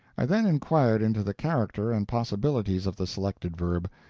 i then inquired into the character and possibilities of the selected verb,